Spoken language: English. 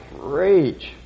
rage